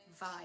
vibe